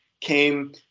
came